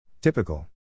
Typical